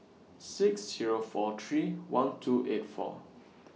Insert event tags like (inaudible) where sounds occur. six Zero four three one two eight four (noise)